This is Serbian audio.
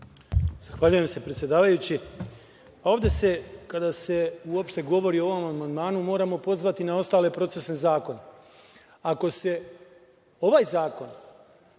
Zahvaljujem se, predsedavajući. Ovde se, kada se uopšte govori o ovom amandmanu, moramo pozvati na ostale procesne zakone. Ako se ovaj zakon